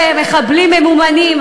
הרבה מחבלים ממומנים,